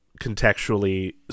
contextually